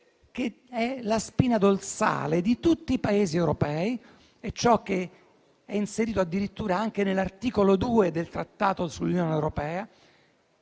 la spina dorsale di tutti i Paesi europei ed è inserito addirittura anche nell'articolo 2 del Trattato sull'Unione europea: